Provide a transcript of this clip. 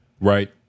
right